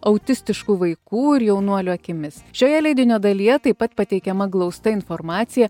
autistiškų vaikų ir jaunuolių akimis šioje leidinio dalyje taip pat pateikiama glausta informacija